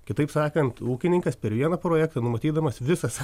kitaip sakant ūkininkas per vieną projektą numatydamas visas